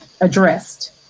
addressed